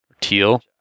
Teal